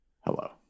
Hello